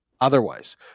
otherwise